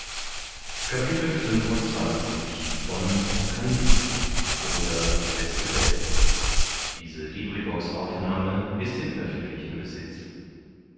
oder die beste welt mit den